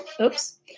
oops